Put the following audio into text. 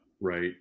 Right